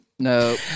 No